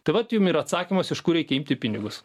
tai vat jum ir atsakymas iš kur reikia imti pinigus